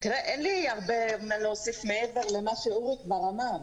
אין לי הרבה מה להוסיף מעבר למה שאורי כבר אמר,